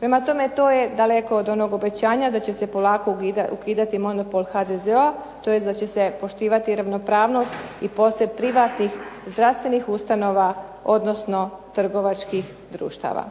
Prema tome, to je daleko od onog obećanja da će se polako ukidati monopol HZZO-a tj. da će se poštivati ravnopravnost i posve privatnih zdravstvenih ustanova odnosno trgovačkih društava.